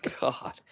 God